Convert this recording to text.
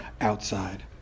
outside